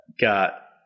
got